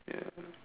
ya